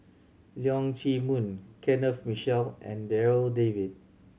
Leong Chee Mun Kenneth Mitchell and Darryl David